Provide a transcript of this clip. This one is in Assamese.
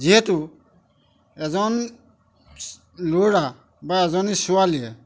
যিহেতু এজন ল'ৰা বা এজনী ছোৱালীয়ে